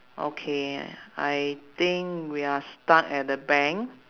okay I think we are stuck at the bank